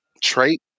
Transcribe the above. trait